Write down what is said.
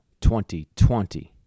2020